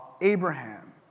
Abraham